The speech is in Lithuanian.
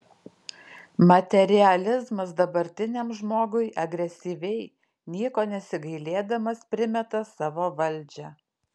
materializmas dabartiniam žmogui agresyviai nieko nesigailėdamas primeta savo valdžią